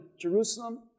Jerusalem